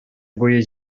буе